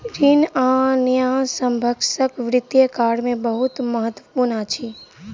ऋण आ न्यायसम्यक वित्तीय कार्य में बहुत महत्त्व अछि